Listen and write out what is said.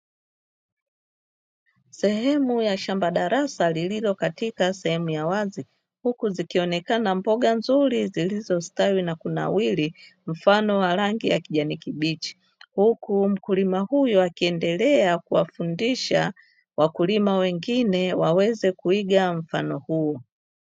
Sehemu ya shamba darasa lililo katika sehemu ya wazi, huku zikionekana mboga nzuri zilizostawi na kunawiri, mfano wa rangi ya kijani kibichi. Huku mkulima huyo akiendelea kuwafundisha wakulima wengine waweze kuiga mfano huu.